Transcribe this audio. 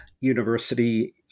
University